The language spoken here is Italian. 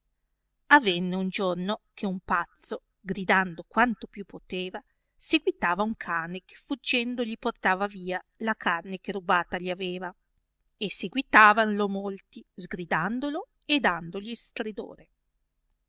avenne un giorno che un pazzo gridando quanto più poteva seguitava un cane che fuggendo gli portava via la carne che rubbata gli aveva e seguitavanlo molti sgridandolo e dandogli il stridore